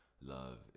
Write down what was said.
Love